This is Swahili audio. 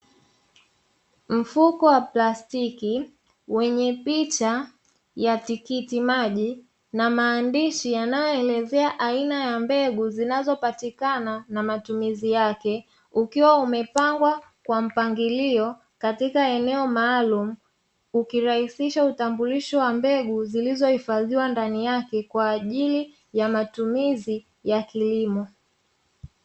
Mfuko wa plastiki wenye picha ya tikitimaji na maandishi yanayoelezea aina ya mbegu zinazopatikana na matumizi yake, ukiwa umepangwa kwa mpangilio katika eneo maalumu, ukirahisisha utambulisho wa mbegu zilizohifadhiwa ndani yake, kwa ajili ya matumizi ya kilimo.